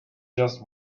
just